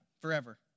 forever